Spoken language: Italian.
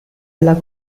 alla